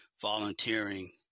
volunteering